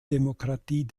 demokratie